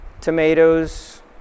tomatoes